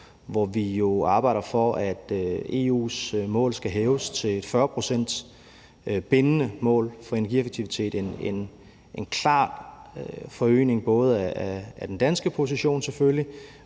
hvor vi arbejder for, at EU's mål skal hæves til et 40 procents bindende mål for energieffektivitet – en klar forøgelse i forhold til både den danske position, selvfølgelig,